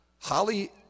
holly